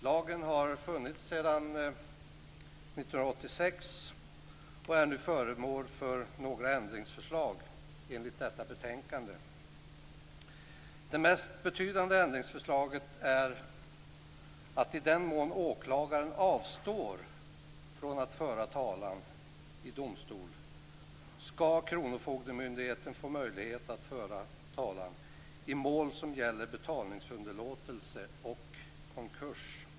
Lagen har funnits sedan 1986 och är nu föremål för några ändringsförslag enligt detta betänkande. Det mest betydande ändringsförslaget är att i den mån åklagaren avstår från att föra talan i domstol skall kronofogdemyndigheten få möjlighet att föra talan i mål som gäller betalningsunderlåtelse och konkurs.